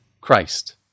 Christ